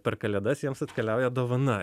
per kalėdas jiems atkeliauja dovana